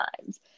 times